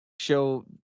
show